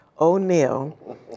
O'Neill